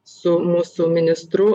su mūsų ministru